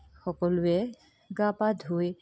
সকলোৱে গা পা ধুই